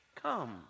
Come